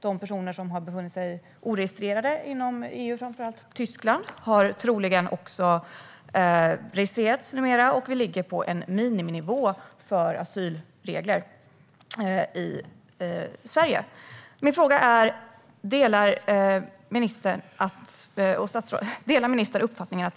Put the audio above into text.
De personer som oregistrerade har befunnit sig inom EU och framför allt i Tyskland har troligen registrerats vid det här laget. I Sverige ligger vi numera på en miniminivå för asylregler. Min fråga är: Anser ministern att vi fortfarande ska vara på en sådan nivå?